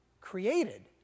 created